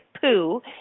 poo